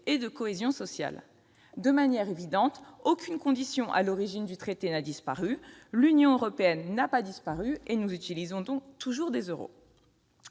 et de cohésion sociale ». De manière évidente, aucune condition à l'origine du traité n'a disparu, l'Union européenne n'a pas disparu et nous utilisons toujours des euros.